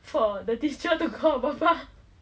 for the teacher to call papa